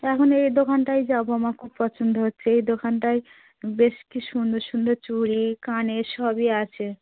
এখন এ দোকানটায় যাবো আমার খুব পছন্দ হচ্ছে এ দোকানটায় বেশ কী সুন্দর সুন্দর চুড়ি কানের সবই আছে